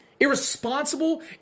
irresponsible